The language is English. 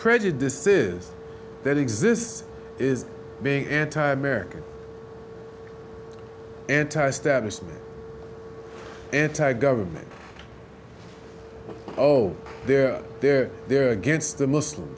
prejudices that exist is being anti american anti establishment anti government oh they're there they're against the muslims